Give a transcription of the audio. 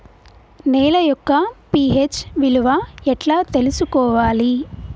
నేల యొక్క పి.హెచ్ విలువ ఎట్లా తెలుసుకోవాలి?